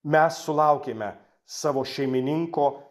mes sulaukėme savo šeimininko